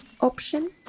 option